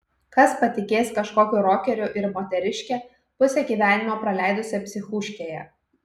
kas patikės kažkokiu rokeriu ir moteriške pusę gyvenimo praleidusia psichuškėje